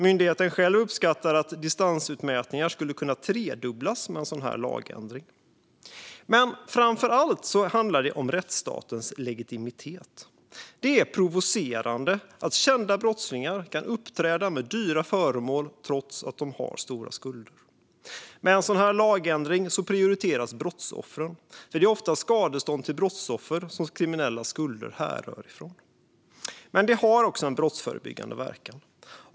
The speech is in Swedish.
Myndigheten själv uppskattar att distansutmätningar skulle kunna tredubblas med en sådan här lagändring. Men det handlar framför allt om rättsstatens legitimitet. Det är provocerande att kända brottslingar kan uppträda med dyra föremål, trots att de har stora skulder. Med en sådan här lagändring prioriteras brottsoffren. Det är oftast från skadestånd till brottsoffer som kriminellas skulder härrör. Det skulle också ha förebyggande verkan.